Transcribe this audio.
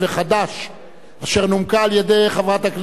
אשר נומקה על-ידי חברת הכנסת חנין זועבי,